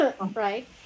right